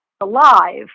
alive